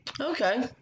okay